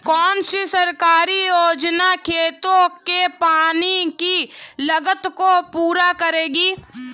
कौन सी सरकारी योजना खेतों के पानी की लागत को पूरा करेगी?